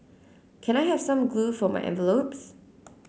can I have some glue for my envelopes